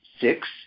six